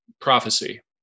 prophecy